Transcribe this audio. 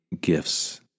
gifts